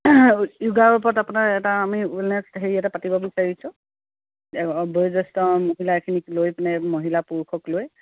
য়োগাৰ ওপৰত আপোনাৰ এটা আমি ৱেলনেছ হেৰি এটা পাতিব বিচাৰিছোঁ বয়োজ্যেষ্ঠ মহিলা এখিনিক লৈ পিনে মহিলা পুৰুষক লৈ